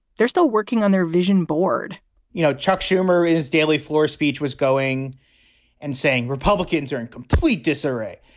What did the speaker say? they're still working on their vision board you know, chuck schumer is daily floor speech was going and saying republicans are in complete disarray.